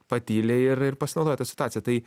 patyli ir ir pasinaudoja ta situacija tai